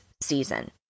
season